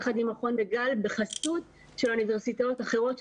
יחד עם מכון --- בחסות של אוניברסיטאות אחרות,